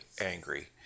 angry